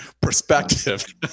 perspective